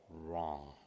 wrong